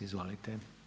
Izvolite.